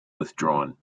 withdrawn